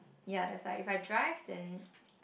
ya that is why if I drive then